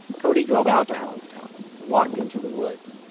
cody drove out to allenstown and walked into the woods.